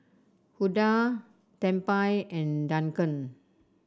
Hulda Tempie and Duncan